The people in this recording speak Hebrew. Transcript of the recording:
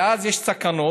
ואז יש סכנות.